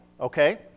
Okay